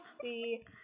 see